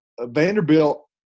Vanderbilt